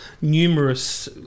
numerous